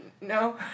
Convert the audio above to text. No